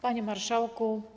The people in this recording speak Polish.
Panie Marszałku!